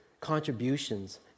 contributions